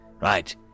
Right